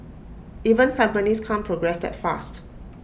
even companies can't progress that fast